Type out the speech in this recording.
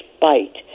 bite